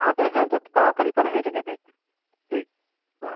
আচ্ছা হ্যাঁ যত তাতাড়ি পারেন এটাকে দেখেন ঠিক ওকে